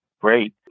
Great